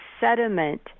sediment